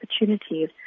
opportunities